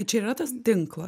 čia ir yra tas tinklas